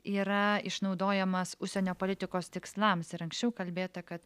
yra išnaudojamas užsienio politikos tikslams ir anksčiau kalbėta kad